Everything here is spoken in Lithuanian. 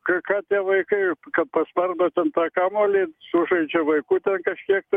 ką ką tie vaikai kad paspardo ten tą kamuolį sužaidžia vaikų ten kažkiek tai